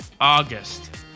August